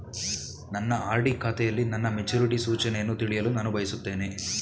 ನನ್ನ ಆರ್.ಡಿ ಖಾತೆಯಲ್ಲಿ ನನ್ನ ಮೆಚುರಿಟಿ ಸೂಚನೆಯನ್ನು ತಿಳಿಯಲು ನಾನು ಬಯಸುತ್ತೇನೆ